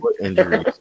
injuries